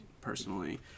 personally